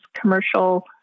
commercial